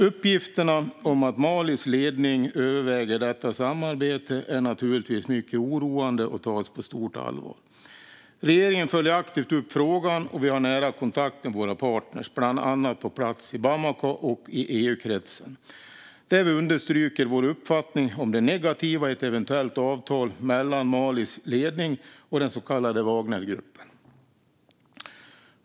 Uppgifterna om att Malis ledning överväger detta samarbete är naturligtvis mycket oroande och tas på stort allvar. Regeringen följer aktivt upp frågan, och vi har nära kontakt med våra partner, bland annat på plats i Bamako och i EU-kretsen, där vi understryker vår uppfattning om det negativa i ett eventuellt avtal mellan Malis ledning och den så kallade Wagnergruppen.